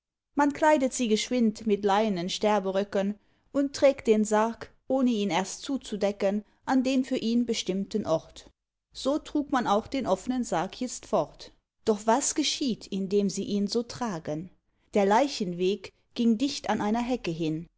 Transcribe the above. man kleidet sie geschwind mit leinen sterberöcken und trägt den sarg ohn ihn erst zuzudecken an den für ihn bestimmten ort so trug man auch den offnen sarg itzt fort doch was geschieht indem sie ihn so tragen der leichenweg ging dicht an einer hecke hin